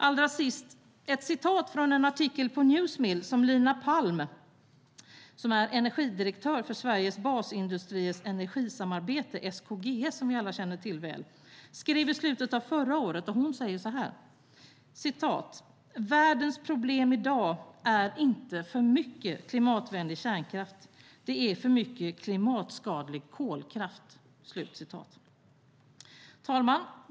Allra sist vill jag läsa upp ett citat från en artikel på Newsmill som Lina Palm, energidirektör för Sveriges basindustriers energisamarbete SKGS, som vi alla känner till väl, skrev i slutet av förra året. Hon säger så här: "Världens problem idag är inte för mycket klimatvänlig kärnkraft, det är för mycket klimatskadlig kolkraft." Herr talman!